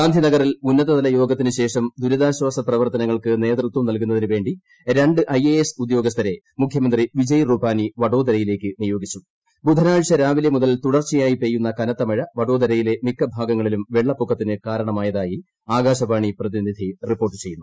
ഗാന്ധിനഗറിൽ ഉന്നതതലയോഗത്തിന് ശേഷം ദുരിതാശ്വാസ പ്രവർത്തനങ്ങൾക്ക് നേതൃത്വം നല്കുന്നതിനു വേണ്ടി രണ്ട് ഐഎഎസ് ഉദ്യോഗസ്ഥരെ മുഖ്യമന്ത്രി വിജയ് റൂപാനി വഡോദരയിലേക്ക് നിയോഗിച്ചു ബുധനാഴ്ച രാവിലെ മുതൽ തുടർച്ചയായി പെയ്യുന്ന കനത്തമഴ വഡോദരയിലെ മിക്ക ഭാഗങ്ങളിലും പ്പെള്ളപ്പൊക്കത്തിന് കാരണമായതായി ആകാശവാണ് പ്രതിനിധി റിപ്പോർട്ട് ചെയ്യുന്നു